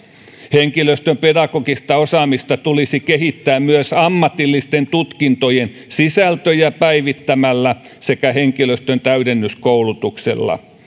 henkilöstön pedagogista osaamista tulisi kehittää myös ammatillisten tutkintojen sisältöjä päivittämällä sekä henkilöstön täydennyskoulutuksella